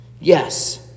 Yes